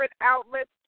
outlets